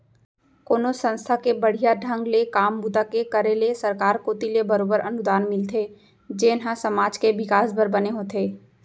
कोनो संस्था के बड़िहा ढंग ले काम बूता के करे ले सरकार कोती ले बरोबर अनुदान मिलथे जेन ह समाज के बिकास बर बने होथे